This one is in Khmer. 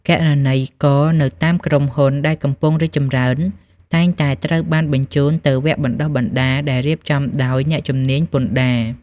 គណនេយ្យករនៅតាមក្រុមហ៊ុនដែលកំពុងរីកចម្រើន តែងតែត្រូវបានបញ្ជូនទៅវគ្គបណ្តុះបណ្តាលដែលរៀបចំដោយអ្នកជំនាញពន្ធដារ។